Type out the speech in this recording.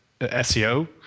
SEO